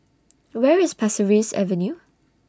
Where IS Pasir Ris Avenue